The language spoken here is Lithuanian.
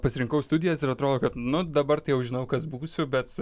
pasirinkau studijas ir atrodo kad nu dabar tai jau žinau kas būsiu bet